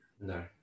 No